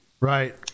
right